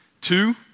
two